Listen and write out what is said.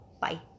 Bye